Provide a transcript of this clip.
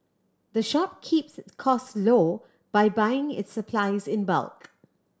the shop keeps its cost low by buying its supplies in bulk